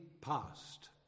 past